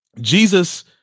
Jesus